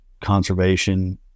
conservation